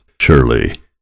surely